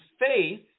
faith